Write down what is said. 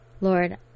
Lord